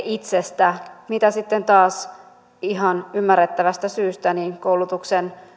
itsestä mitä sitten taas ihan ymmärrettävästä syystä koulutuksen